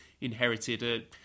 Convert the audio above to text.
inherited